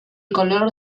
color